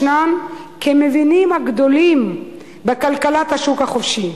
כמבינים הגדולים בכלכלת השוק החופשי,